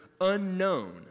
unknown